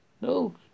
No